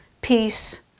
peace